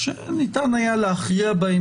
שניתן היה להכריע בהם